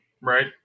right